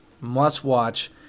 Must-watch